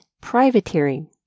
privateering